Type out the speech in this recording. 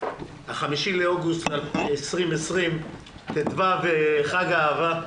5 באוגוסט 2020, חג האהבה,